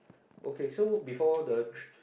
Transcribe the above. okay so before the tr~